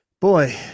boy